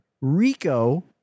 Rico